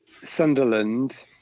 Sunderland